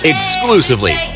Exclusively